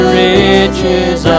riches